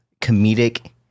comedic